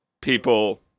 people